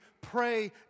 pray